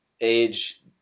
age